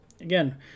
Again